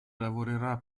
lavorerà